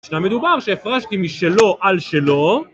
שם מדובר שהפרשתי משלו על שלו